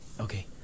Okay